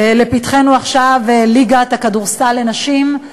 לפתחנו עכשיו ליגת הכדורסל לנשים,